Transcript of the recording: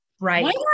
Right